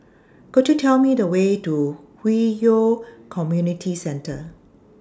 Could YOU Tell Me The Way to Hwi Yoh Community Centre